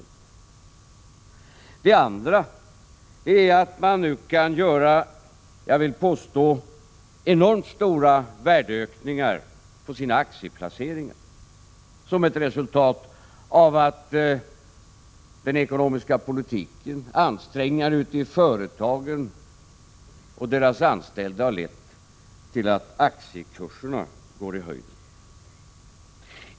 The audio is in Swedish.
För det andra kan försäkringsbolagen nu, vill jag påstå, göra enormt stora värdeökningar på sina aktieplaceringar på grund av att den ekonomiska politiken och ansträngningar ute i företagen och hos deras anställda har lett till att aktiekurserna går i höjden.